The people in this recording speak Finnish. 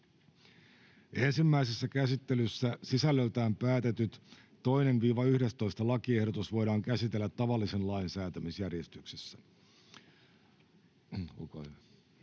Ensimmäisessä käsittelyssä sisällöltään päätetyt 2.— 11. lakiehdotus voidaan käsitellä tavallisen lain säätämisjärjestyksessä.